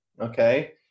okay